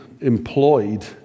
employed